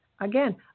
Again